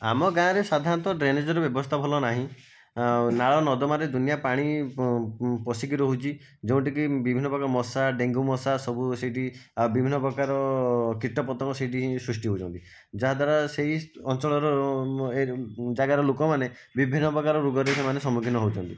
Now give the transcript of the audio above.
ଆମ ଗାଁରେ ସାଧାରଣତଃ ଡ୍ରେନେଜ୍ର ବ୍ୟବସ୍ଥା ଭଲ ନାହିଁ ଆଉ ନାଳ ନର୍ଦ୍ଦମାରେ ଦୁନିଆ ପାଣି ପଶିକି ରହୁଛି ଯେଉଁଟିକି ବିଭିନ୍ନ ପ୍ରକାରର ମଶା ଡେଙ୍ଗୁ ମଶା ସବୁ ସେହିଠି ଆଉ ବିଭିନ୍ନ ପ୍ରକାରର କୀଟପତଙ୍ଗ ସେହିଠି ସୃଷ୍ଟି ହେଉଛନ୍ତି ଯାହାଦ୍ୱାରା ସେହି ଅଞ୍ଚଳର ଜାଗାର ଲୋକମାନେ ବିଭିନ୍ନ ପ୍ରକାର ରୋଗର ସମ୍ମୁଖୀନ ହେଉଛନ୍ତି